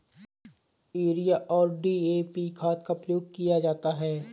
urea और DAP खाद का प्रयोग किया जाता है